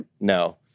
No